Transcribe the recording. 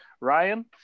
Ryan